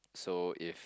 so if